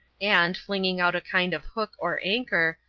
and, flinging out a kind of hook or anchor,